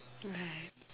right